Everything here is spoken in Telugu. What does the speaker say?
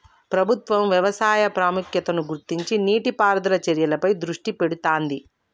ప్రభుత్వం వ్యవసాయ ప్రాముఖ్యతను గుర్తించి నీటి పారుదల చర్యలపై దృష్టి పెడుతాంది